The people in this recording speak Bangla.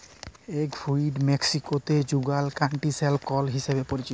এগ ফ্রুইট মেক্সিকোতে যুগাল ক্যান্টিসেল ফল হিসেবে পরিচিত